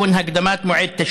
רק שאלתי אם השעון לא עובד בערבית.